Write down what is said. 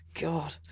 God